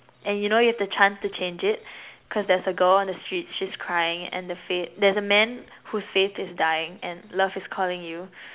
and you know you've have the chance to change it cause there's a girl on the streets she's crying and the faith there's a man whose faith is dying and love is calling you